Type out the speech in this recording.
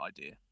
idea